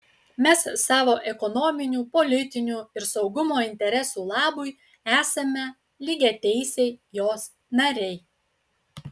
mes savo ekonominių politinių ir saugumo interesų labui esame lygiateisiai jos nariai